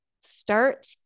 start